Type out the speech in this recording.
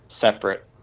separate